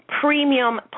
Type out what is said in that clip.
premium